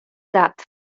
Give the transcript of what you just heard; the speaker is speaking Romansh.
dat